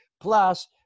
Plus